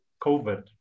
COVID